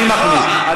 אני מחליט.